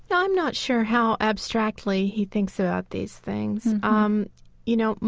i'm not sure how abstractly he thinks about these things. um you know,